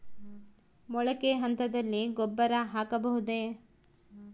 ಮೊಳಕೆ ಹಂತದಲ್ಲಿ ಗೊಬ್ಬರ ಹಾಕಬಹುದೇ?